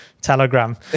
telegram